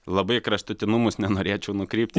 labai į kraštutinumus nenorėčiau nukrypt